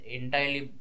entirely